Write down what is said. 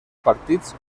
partits